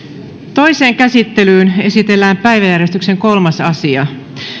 toiseen käsittelyyn esitellään päiväjärjestyksen kolmas asia